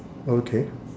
okay